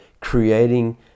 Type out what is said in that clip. creating